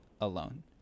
alone